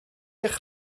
eich